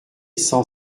cent